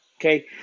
Okay